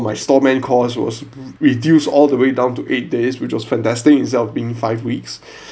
my storeman course was reduced all the way down to eight days which was fantastic instead being five weeks